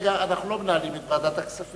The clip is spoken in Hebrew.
שכרגע אנחנו לא מנהלים את ועדת הכספים,